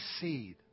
seed